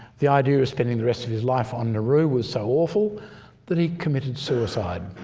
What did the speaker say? the idea of spending the rest of his life on nauru was so awful that he committed suicide